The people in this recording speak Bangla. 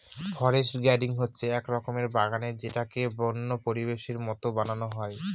ফরেস্ট গার্ডেনিং হচ্ছে এক রকমের বাগান যেটাকে বন্য পরিবেশের মতো বানানো হয়